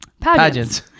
Pageants